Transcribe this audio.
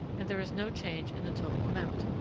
and there is no change in the total amount.